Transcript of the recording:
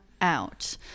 out